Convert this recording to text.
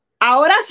ahora